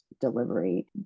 delivery